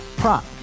prop